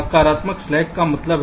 सकारात्मक स्लैक का क्या मतलब है